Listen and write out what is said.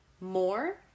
more